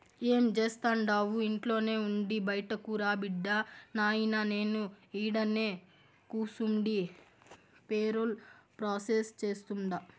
ఏం జేస్తండావు ఇంట్లోనే ఉండి బైటకురా బిడ్డా, నాయినా నేను ఈడనే కూసుండి పేరోల్ ప్రాసెస్ సేస్తుండా